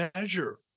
measure